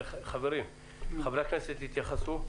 חברי הכנסת יתייחסו.